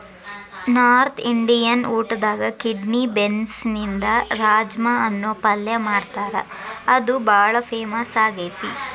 north Indian ಊಟದಾಗ kidney ಬೇನ್ಸ್ನಿಂದ ರಾಜ್ಮಾ ಅನ್ನೋ ಪಲ್ಯ ಮಾಡ್ತಾರ ಇದು ಬಾಳ ಫೇಮಸ್ ಆಗೇತಿ